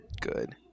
Good